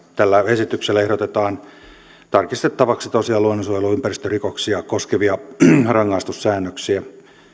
tällä esityksellä ehdotetaan tarkistettavaksi tosiaan luonnonsuojeluympäristörikoksia koskevia rangaistussäännöksiä